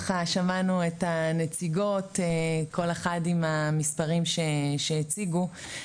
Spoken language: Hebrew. שמענו את הנציגות כל אחת עם המספרים שהציגה,